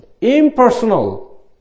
Impersonal